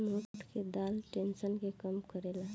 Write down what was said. मोठ के दाल टेंशन के कम करेला